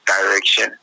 direction